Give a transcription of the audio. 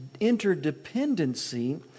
interdependency